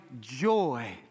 joy